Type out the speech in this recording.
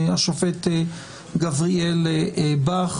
השופט גבריאל בך.